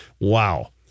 wow